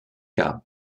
car